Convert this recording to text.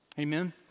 Amen